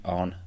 on